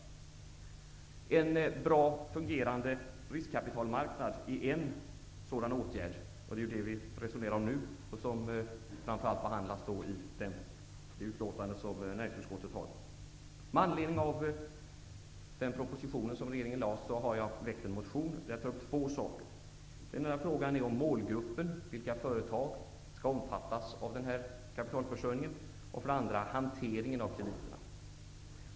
En bra och fungerande riskkapitalmarknad är en sådan åtgärd, som vi nu resonerar om och som framför allt behandlas i näringsutskottets betänkande. Med anledning av den proposition som regeringen har lagt fram, har jag väckt en motion där jag tar upp två frågor. Den ena gäller vilken målgrupp, vilka företag, som skall omfattas av denna kapitalförsörjning. Den andra gäller hanteringen av krediterna.